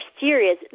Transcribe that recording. serious